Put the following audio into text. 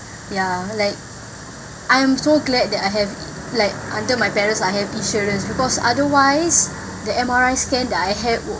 ya like I'm so glad that I have like under my parents I have insurance because otherwise the M_R_I scan that I have would